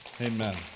Amen